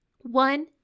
One